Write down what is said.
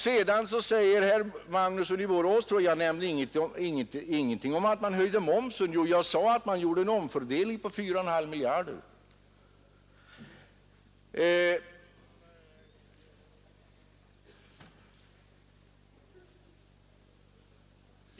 Herr Magnusson i Borås påstår att jag ingenting nämnde om att man höjde momsen. Jo, jag sade att man gjorde en omfördelning på 4,5 miljarder.